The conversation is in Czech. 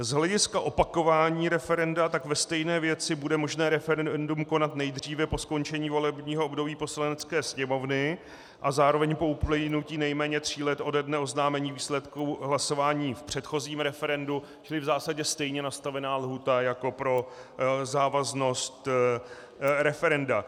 Z hlediska opakování referenda ve stejné věci bude možné referendum konat nejdříve po skončení volebního období Poslanecké sněmovny a zároveň po uplynutí nejméně tří let ode dne oznámení výsledků hlasování v předchozím referendu, čili v zásadě stejně nastavená lhůta jako pro závaznost referenda.